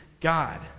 God